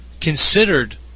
considered